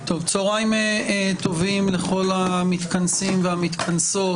צוהריים טובים לכל המתכנסים והמתכנסות.